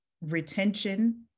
retention